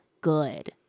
good